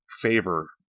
favor